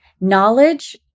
knowledge